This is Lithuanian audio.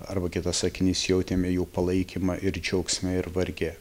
arba kitas sakinys jautėme jų palaikymą ir džiaugsme ir varge